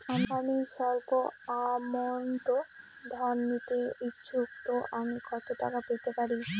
আমি সল্প আমৌন্ট ঋণ নিতে ইচ্ছুক তো আমি কত টাকা পেতে পারি?